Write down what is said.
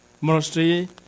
Monastery